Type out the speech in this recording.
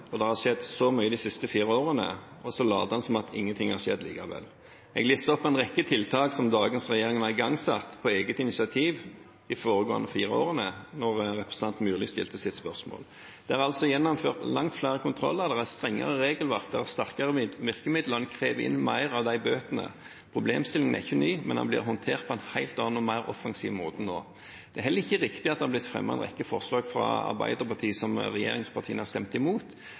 og det har skjedd så mye de siste fire årene, og så later en som at ingenting har skjedd likevel. Jeg listet opp en rekke tiltak som dagens regjering har igangsatt på eget initiativ de foregående fire årene da representanten Myrli stilte sitt spørsmål. Det er altså gjennomført langt flere kontroller, det er strengere regelverk, det er sterkere virkemidler, og en krever inn mer av de bøtene. Problemstillingen er ikke ny, men den blir håndtert på en helt annen og mer offensiv måte nå. Det er heller ikke riktig at det har blitt fremmet en rekke forslag fra Arbeiderpartiet som regjeringspartiene har stemt imot,